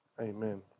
Amen